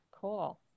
Cool